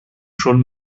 schon